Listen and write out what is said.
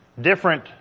different